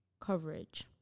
coverage